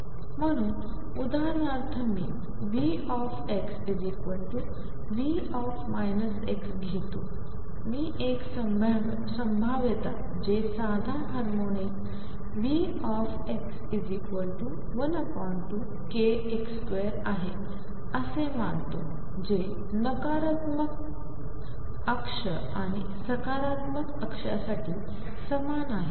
म्हणून उदाहरणार्थ मी VxV घेतो मी एक संभाव्यता जे साधा हार्मोनिक Vx12kx2 आहे असे मानतो जे नकारात्मक अक्ष आणि सकारात्मक अक्षासाठी समान आहे